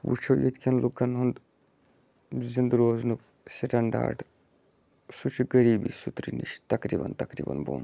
وٕچھُو ییٚتہِ کٮ۪ن لُکَن ہُنٛد زِنٛدٕ روزنُک سِٹٮ۪نڈاڈ سُہ چھُ غٔریٖبی صُترٕ نِش تقریٖباً تقریٖباً بۄن